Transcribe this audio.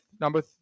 Number